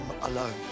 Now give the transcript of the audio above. alone